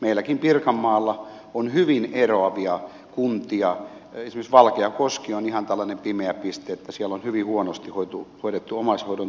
meilläkin pirkanmaalla on hyvin erilaisia kuntia esimerkiksi valkeakoski on ihan tällainen pimeä piste siellä on hyvin huonosti hoidettu omaishoidon tukea